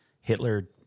Hitler